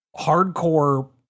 hardcore